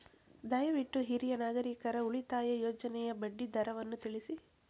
ದಯವಿಟ್ಟು ಹಿರಿಯ ನಾಗರಿಕರ ಉಳಿತಾಯ ಯೋಜನೆಯ ಬಡ್ಡಿ ದರವನ್ನು ತಿಳಿಸಿ